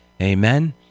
Amen